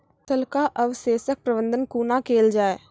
फसलक अवशेषक प्रबंधन कूना केल जाये?